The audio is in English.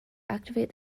activate